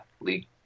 league